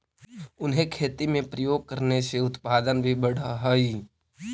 उन्हें खेती में प्रयोग करने से उत्पादन भी बढ़अ हई